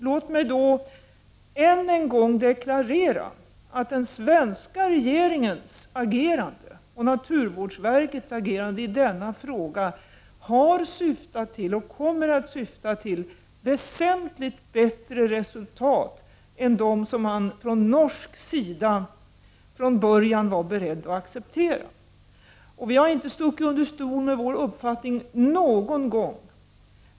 Låt mig än en gång deklarera att den svenska regeringens och naturvårdsverkets agerande i denna fråga har syftat till och kommer att syfta till väsentligt bättre resultat än som man från norsk sida från början var beredd att acceptera. Vi har inte stuckit under stol med vår uppfattning någon gång.